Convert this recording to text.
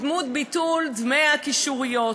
בדמות ביטול דמי הקישוריות.